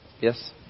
Yes